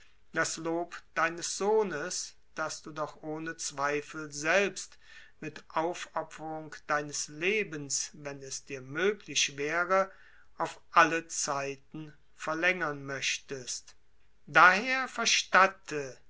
das lob deines sohnes das du doch ohne zweifel selbst mit aufopferung deines lebens wenn es dir möglich wäre auf alle zeiten verlängern möchtest daher verstatte